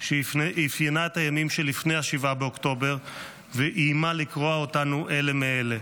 שאפיינה את הימים של לפני 7 באוקטובר ואיימה לקרוע אותנו אלה מאלה.